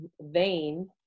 vein